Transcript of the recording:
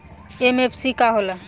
MFC का होला?